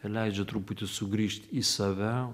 leidžia truputį sugrįžt į save